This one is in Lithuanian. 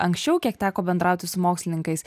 ankščiau kiek teko bendrauti su mokslininkais